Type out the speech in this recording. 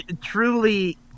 Truly